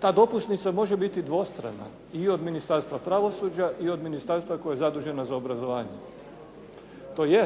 Ta dopusnica može biti dvostrana i od Ministarstva pravosuđa i od ministarstva koje je zaduženo za obrazovanje, tj.